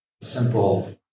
simple